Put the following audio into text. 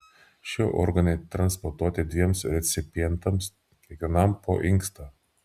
šie organai transplantuoti dviem recipientams kiekvienam po inkstą